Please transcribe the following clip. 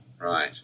Right